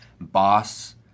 boss